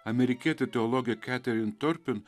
amerikietė teologė katerin turpin